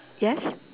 yes